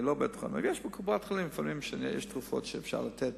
לפעמים בקופת-חולים יש תרופות שאפשר לתת